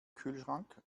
kühlschrank